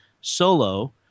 Solo